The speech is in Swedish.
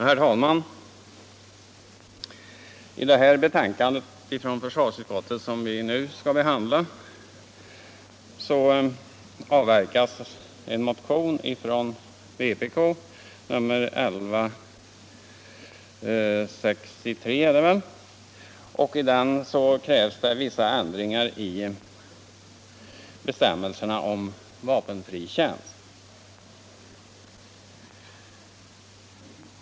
Herr talman! I det betänkande från försvarsutskottet som vi nu skall behandla ”avverkas” en motion från vpk, nr 1163. I den krävs vissa ändringar i bestämmelserna om vapenfri tjänst.